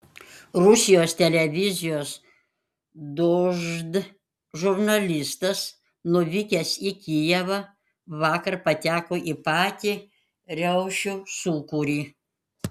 rusijos televizijos dožd žurnalistas nuvykęs į kijevą vakar pateko į patį riaušių sūkurį